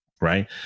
Right